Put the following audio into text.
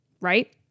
right